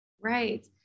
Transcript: Right